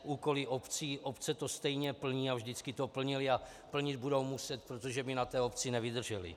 Úkoly obcí obce to stejně plní a vždycky to plnily a plnit budou muset, protože by na té obci nevydržely.